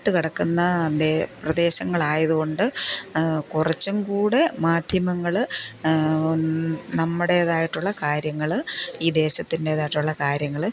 അറ്റത്തുകിടക്കുന്ന പ്രദേശങ്ങളായതുകൊണ്ട് കുറച്ചും കൂടെ മാധ്യമങ്ങൾ നമ്മുടേതായിട്ടുള്ള കാര്യങ്ങൾ ഈ ദേശത്തിൻ്റേതായിട്ടുള്ള കാര്യങ്ങൾ